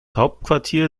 hauptquartier